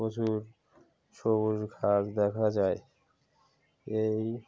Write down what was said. প্রচুর সবুজ ঘাস দেখা যায় এই